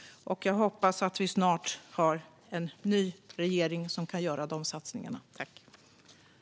Jag hoppas att vi snart har en ny regering som kan göra de satsningarna.